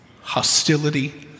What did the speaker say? hostility